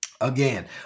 again